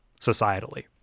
societally